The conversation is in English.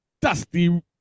Dusty